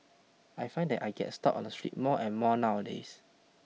I find that I get stopped on the street more and more nowadays